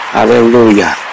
Hallelujah